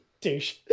douche